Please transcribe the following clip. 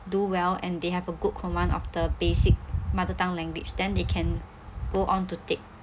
do well and they have a good command of the basic mother tongue language then they can go on to take